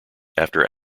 after